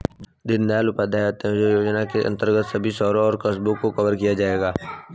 दीनदयाल उपाध्याय अंत्योदय योजना के अंतर्गत सभी शहरों और कस्बों को कवर किया जाएगा